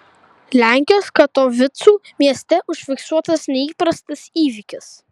lenkijos katovicų mieste užfiksuotas neįprastas įvykis